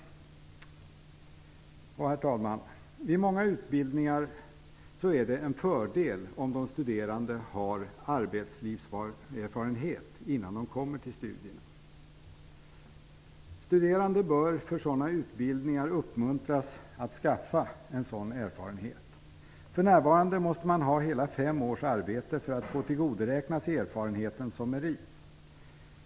Herr talman! Vid många utbildningar är det en fördel om de studerande har arbetslivserfarenhet innan de börjar studera. Studerande bör för sådana utbildningar uppmuntras att skaffa en sådan erfarenhet. För närvarande måste man ha hela fem års arbete bakom sig för att kunna tillgodoräkna sig erfarenheten som merit.